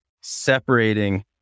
separating